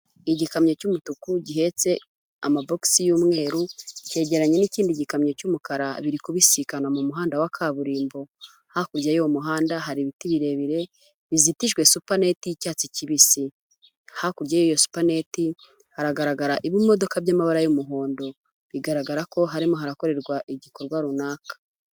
Igikamyo cy'umutuku gihetse amabogisi y'umweru cyegeranye n'ikindi gikamyo cy'umukara birikubisikana mu muhanda wa kaburimbo. Hakurya y'uwo muhanda hari ibiti birebire bizitijwe supaneti y'icyatsi kibisi. Hakurya y'iyo supaneti hagaragara ibimodoka by'amabara y'umuhondo. Bigaragara ko harimo harakorerwa igikorwa runaka.